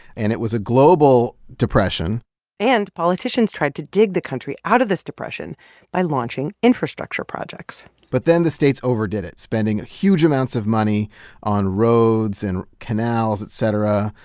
and it was a global depression and politicians tried to dig the country out of this depression by launching infrastructure projects but then the states overdid it, spending huge amounts of money on roads and canals, et cetera.